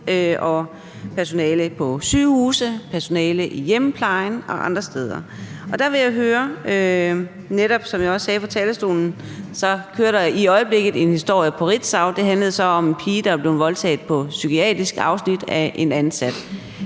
og personale på sygehuse og personale i hjemmeplejen og andre steder. For som jeg netop også sagde fra talerstolen, så kører der i øjeblikket en historie på Ritzau, og det handler om en pige, der er blevet voldtaget på psykiatrisk afsnit af en ansat.